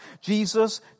Jesus